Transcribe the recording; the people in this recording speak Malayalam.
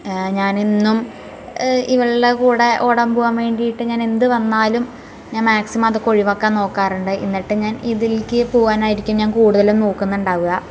ഞാനെന്നും ഇവൾടെ കൂടെ ഓടാൻ പോവാൻ വേണ്ടീട്ട് ഞാനെന്തു വന്നാലും ഞാൻ മാക്സിമം അതൊക്കെ ഒഴിവാക്കാൻ നോക്കാറുണ്ട് എന്നിട്ട് ഞാൻ ഇതിലേക്ക് പോകാനായിരിക്കും ഞാൻ കൂടുതലും നോക്കുന്നുണ്ടാവുക